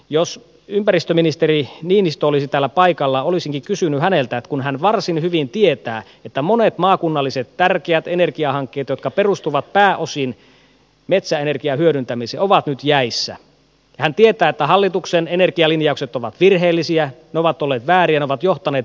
jos ympäristöministeri niinistö olisi täällä paikalla olisinkin kysynyt tätä häneltä kun hän varsin hyvin tietää että monet maakunnalliset tärkeät energiahankkeet jotka perustuvat pääosin metsäenergian hyödyntämiseen ovat nyt jäissä hän tietää että hallituksen energialinjaukset ovat virheellisiä ne ovat olleet vääriä ne ovat johtaneet väärään suuntaan